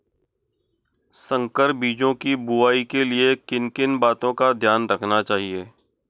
संकर बीजों की बुआई के लिए किन किन बातों का ध्यान रखना चाहिए?